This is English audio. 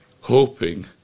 hoping